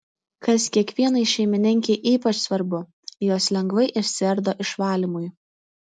kas kiekvienai šeimininkei ypač svarbu jos lengvai išsiardo išvalymui